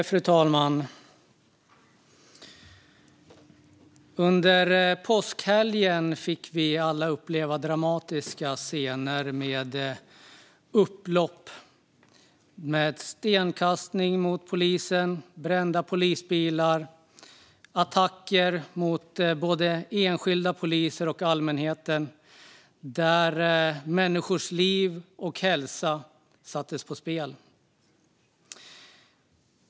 Fru talman! Under påskhelgen fick vi alla uppleva dramatiska scener med upplopp, stenkastning mot polisen, brända polisbilar och attacker mot både enskilda poliser och allmänheten. Människors liv och hälsa sattes på spel.